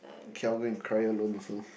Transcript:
Calvin cry alone also